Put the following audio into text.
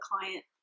client